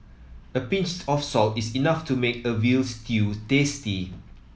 a pinch of salt is enough to make a veal stew tasty